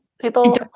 people